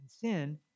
sin